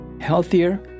healthier